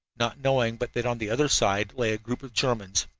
not knowing but that on the other side lay a group of germans,